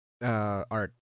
Art